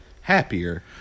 happier